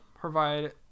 provide